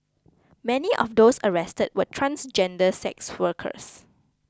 many of those arrested were transgender sex workers